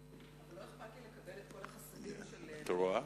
אבל לא אכפת לי לקבל את כל החסדים של נאום בכורה.